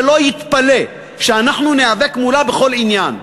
שלא יתפלא שאנחנו ניאבק מולה בכל עניין.